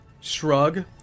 shrug